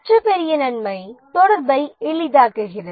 மற்ற பெரிய நன்மை தொடர்பை எளிதாக்குகறது